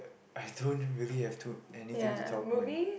I don't really have to anything to talk when